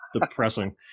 depressing